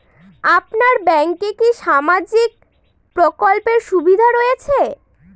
আপনার ব্যাংকে কি সামাজিক প্রকল্পের সুবিধা রয়েছে?